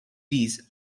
these